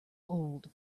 old